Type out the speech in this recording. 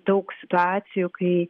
daug situacijų kai